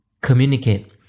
communicate